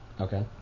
Okay